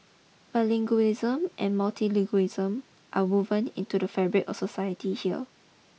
bilingualism and multilingualism are woven into the fabric or society here